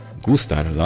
gustar